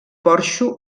porxo